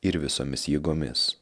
ir visomis jėgomis